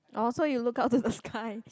oh so you look up to the sky